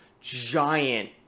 giant